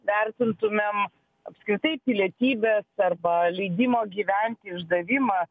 vertintumėm apskritai pilietybės arba leidimo gyvent išdavimą